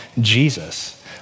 Jesus